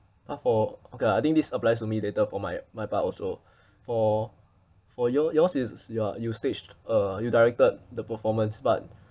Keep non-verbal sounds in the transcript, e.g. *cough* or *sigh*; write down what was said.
!huh! for okay lah I think this applies to me later for my my part also *breath* for for your yours is you uh you staged uh you directed the performance but